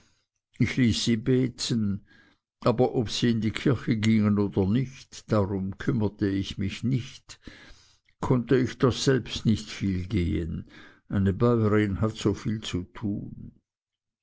ich ließ sie beten aber ob sie in die kirche gingen oder nicht darum kümmerte ich mich nicht konnte ich doch selbst nicht viel gehen eine bäurin hat so viel zu tun